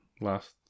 last